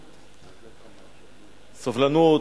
סובלנות,